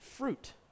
fruit